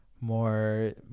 more